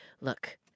look